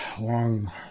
long